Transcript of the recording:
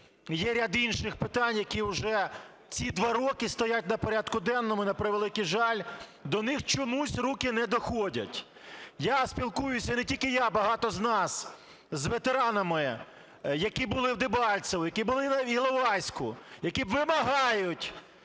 є ряд інших питань, які уже ці два роки стоять на порядку денному і, на превеликий жаль, до них чомусь руки не доходять. Я спілкуюся, не тільки я, багато з нас, з ветеранами, які були в Дебальцевому, які були в Іловайську, які вимагають